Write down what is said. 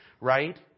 right